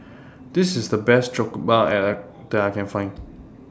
This IS The Best Jokbal that I Can Find